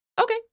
okay